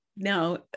Now